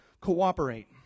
cooperate